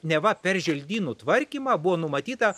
neva per želdynų tvarkymą buvo numatyta